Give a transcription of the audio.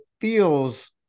feels